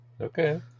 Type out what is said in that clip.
Okay